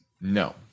no